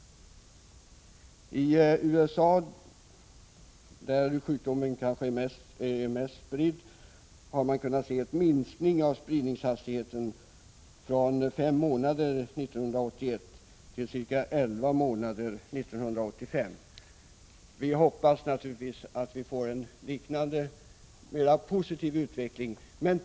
I USA, där sjukdomen kanske är mest spridd, har man kunnat se en minskning av fördubblingshastigheten från fem månader 1981 till ca elva månader 1985. Vi hoppas naturligtvis att vi får en liknande, mer positiv utveckling.